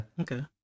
Okay